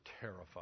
terrified